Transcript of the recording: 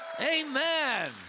Amen